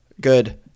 good